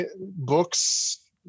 books